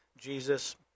Jesus